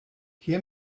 hier